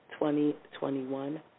2021